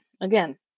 again